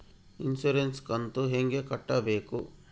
Insurance ಕಂತು ಹೆಂಗ ಕಟ್ಟಬೇಕು?